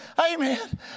Amen